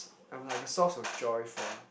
I'm like a source of joy for